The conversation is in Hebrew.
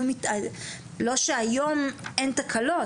לא שהיום אין תקלות,